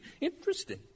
Interesting